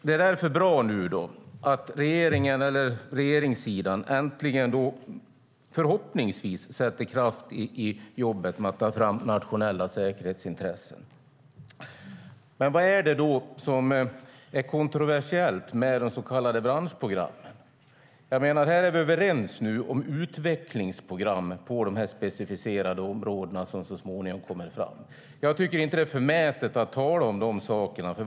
Det är därför bra att regeringen eller regeringssidan nu förhoppningsvis äntligen sätter kraft i jobbet med att ta fram nationella säkerhetsintressen. Men vad är det som är kontroversiellt med de så kallade branschprogrammen? Vi är nu överens om utvecklingsprogram på de här specificerade områdena, som så småningom kommer fram. Jag tycker inte att det är förmätet att tala om de sakerna.